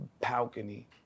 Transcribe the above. balcony